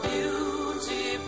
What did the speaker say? Beauty